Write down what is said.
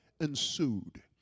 ensued